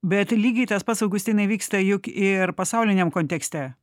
bet lygiai tas pats augustinai vyksta juk ir pasauliniam kontekste